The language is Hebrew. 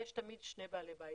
יש תמיד שני בעלי בית,